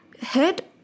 head